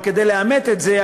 אבל כדי לאמת את זה,